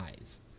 eyes